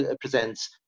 presents